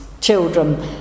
children